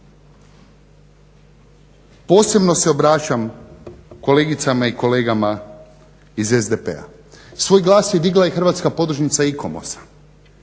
Posebno se obraćam kolegicama i kolegama iz SDP-a. Svoj glas je digla i Hrvatska podružnica ICOMOS-a.